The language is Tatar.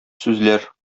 сүзләр